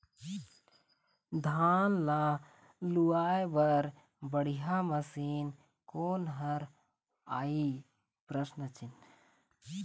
धान ला लुआय बर बढ़िया मशीन कोन हर आइ?